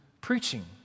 preaching